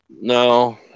No